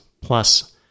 plus